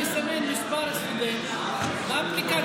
הוא יסמן מספר סטודנט באפליקציה,